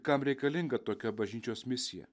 kam reikalinga tokia bažnyčios misija